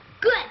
Good